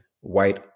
white